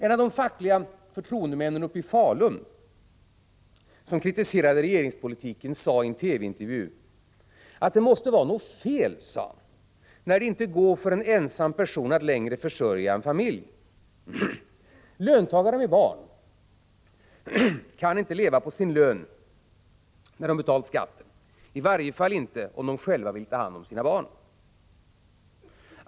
En av de fackliga förtroendemän i Falun som kritiserat regeringspolitiken sade i en TV-intervju att det måste vara något fel, när det inte längre går för en person att ensam försörja en familj. Löntagare med barn kan inte leva på sin lön sedan de betalt skatten, i varje fall inte om de själva vill ta hand om sina barn.